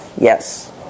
Yes